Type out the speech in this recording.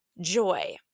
joy